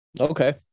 Okay